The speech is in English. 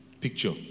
picture